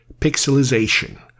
pixelization